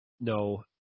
no